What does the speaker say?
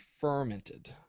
fermented